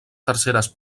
terceres